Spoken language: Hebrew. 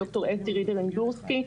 ד"ר אסתי רידר אינדורסקי,